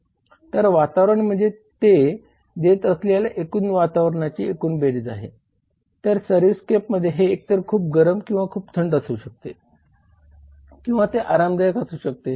तर वातावरण म्हणजे ते देत असलेल्या एकूण वातावरणाची एकूण बेरीज आहे तर सर्व्हिसस्केप हे एकतर खूप गरम किंवा खूप थंड असू शकते किंवा ते आरामदायक असू शकते